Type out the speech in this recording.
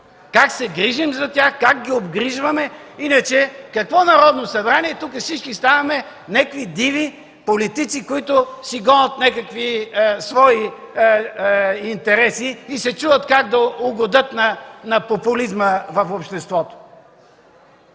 как се грижим за тях, как ги обгрижваме. Иначе какво Народно събрание сме?! Тук всички ставаме някакви диви политици, които гонят някакви свои интереси и се чудят как да угодят на популизма в обществото.